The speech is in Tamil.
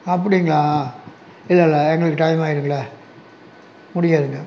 அப்படிங்களா இல்லை இல்லை எங்களுக்கு டைம் ஆகிருங்களே முடியாதுங்க